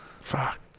Fuck